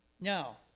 Now